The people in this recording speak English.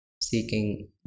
seeking